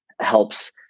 helps